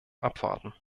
abwarten